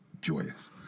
joyous